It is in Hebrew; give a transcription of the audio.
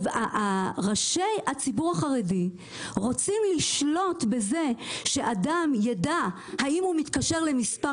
ראשי הציבור החרדי רוצים לשלוט בזה שאדם ידע האם הוא מתקשר למספר